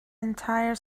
entire